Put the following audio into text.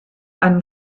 einen